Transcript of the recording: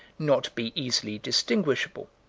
not be easily distinguishable.